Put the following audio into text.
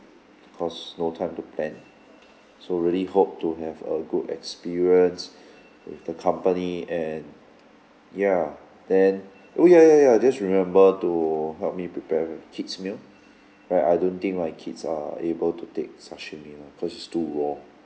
cause no time to plan so really hope to have a good experience with the company and ya then oh ya ya ya just remember to help me prepare kids meal right I don't think my kids are able to take sashimi lah cause it's too raw